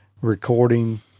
recording